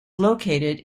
located